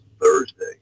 Thursday